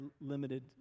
limited